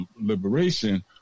liberation